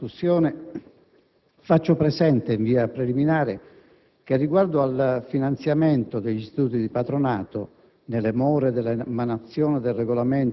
con riferimento all'interrogazione in discussione faccio presente, in via preliminare, che riguardo al finanziamento degli istituti di patronato,